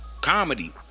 comedy